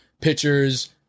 pitchers